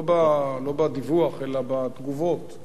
לא בדיווח אלא בתגובות.